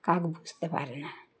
কাক বুঝতে পারে না